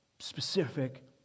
Specific